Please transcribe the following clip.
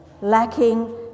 lacking